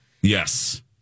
Yes